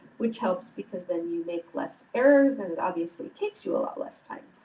which helps because then you make less errors and obviously takes you a lot less time.